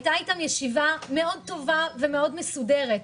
הייתה איתם ישיבה מאוד טובה ומאוד מסודרת.